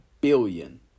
billion